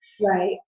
Right